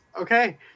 Okay